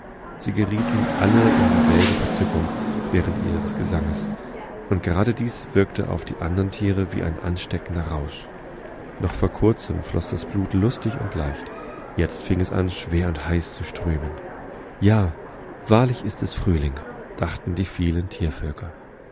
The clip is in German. undsoweitervonzweigzuzweig bis alle die hunderte von auerhähnen sangen und glucksten und zischelten siegerietenalleindieselbeverzückungwährendihresgesanges undgerade dies wirkte auf die andern tiere wie ein ansteckender rausch noch vor kurzem floß das blut lustig und leicht jetzt fing es an schwer und heiß zu strömen ja wahrlich ist es frühling dachten die vielen